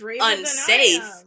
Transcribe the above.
unsafe